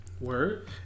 Word